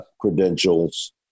credentials